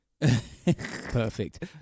Perfect